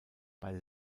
bei